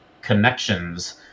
connections